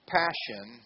passion